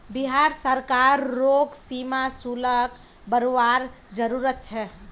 बिहार सरकार रोग सीमा शुल्क बरवार जरूरत छे